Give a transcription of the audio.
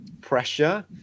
pressure